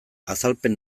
azalpen